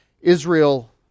Israel